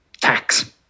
tax